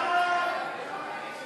ההצעה להסיר